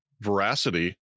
veracity